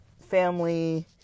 family